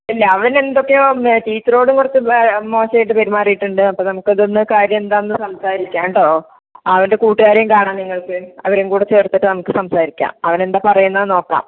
ഇല്ല അവൻ എന്തൊക്കെയോ ടീച്ചറോട് കുറച്ച് മോശമായിട്ട് പെരുമാറിയിട്ടുണ്ട് അപ്പം നമുക്ക് അതൊന്ന് കാര്യം എന്താണെന്ന് സംസാരിക്കാം കേട്ടോ അവൻ്റെ കൂട്ടുകാരേയും കാണാം നിങ്ങൾക്ക് അവരേയും കൂടെ ചേർത്തിട്ട് നമുക്ക് സംസാരിക്കാം അവൻ എന്താണ് പറയുന്നത് നോക്കാം